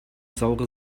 saure